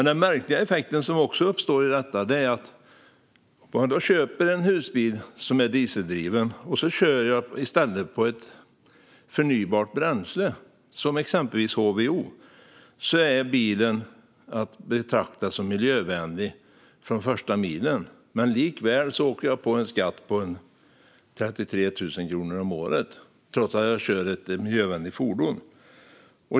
Den märkliga effekt som också uppstår i detta är att om man köper en husbil som är dieseldriven och i stället kör på ett förnybart bränsle, exempelvis HVO, är bilen att betrakta som miljövänlig från första milen. Likväl åker jag på en skatt på 33 000 kronor om året.